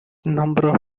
number